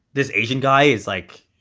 this asian guy is, like,